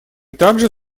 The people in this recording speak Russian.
также